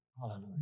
Hallelujah